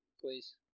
please